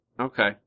okay